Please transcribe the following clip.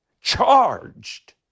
charged